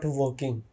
working